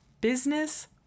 business